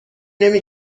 نمی